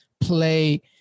play